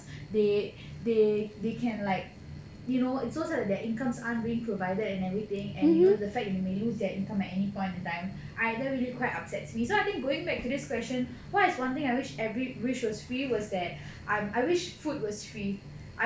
they they they can like you know it shows that their incomes aren't being provided and everything and you know the fact that they may lose their income at any point in time it really quite upsets me so I think going back to this question what is one thing I wish every wish was free was that I I wish food was free